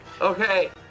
Okay